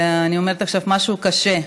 אני אומרת עכשיו משהו קשה,